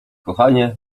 kochanie